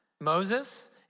Moses